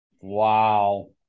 wow